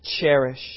cherish